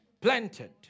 Planted